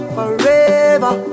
Forever